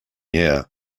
year